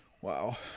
Wow